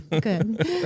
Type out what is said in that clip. good